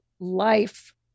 Life